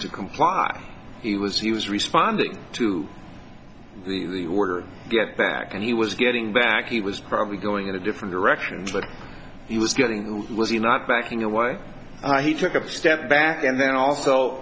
to comply he was he was responding to the order get back and he was getting back he was probably going in a different direction but he was getting was he not backing away he took a step back and then also